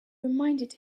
reminded